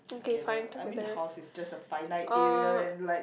together I mean the house is just a finite area and like